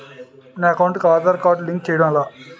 నా అకౌంట్ కు Aadhaar card link చేయడం ఎలా?